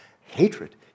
hatred